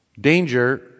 danger